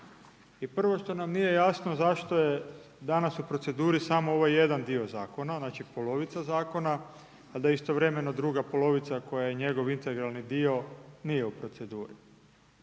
i prvo što nam nije jasno zašto je danas u proceduru samo ovaj jedan dio zakona, znači polovica zakona, a da istovremeno druga polovica, koja je njegov integralni dio nije u proceduri.